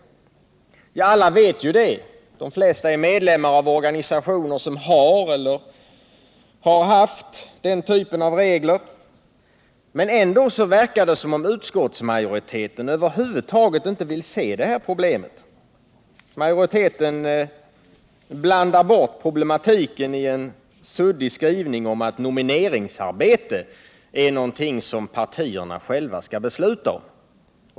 Alla vet detta. De flesta är medlemmar i organisationer som har eller har haft den typen av regler. Ändå verkar det som om utskottsmajoriteten över huvud taget inte vill se det här problemet. Utskottsmajoriteten blandar bort problematiken i en suddig skrivning om att nomineringsarbetet är någonting som partierna själva skall besluta om.